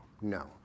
no